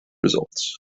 results